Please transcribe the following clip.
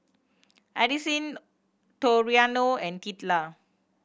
Addisyn Toriano and